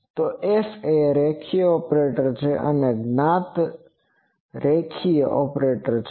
તો F એ એક રેખીય ઓપરેટર છે અને તે જ્ઞાત રેખીય ઓપરેટર છે